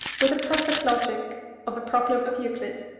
with the perfect logic of a problem of euclid,